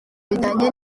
bijyanye